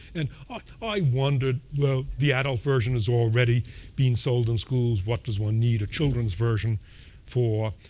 and ah i wondered, well, the adult version is already being sold in schools. what does one need a children's version for?